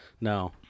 No